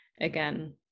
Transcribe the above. again